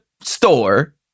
store